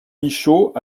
michaud